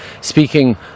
speaking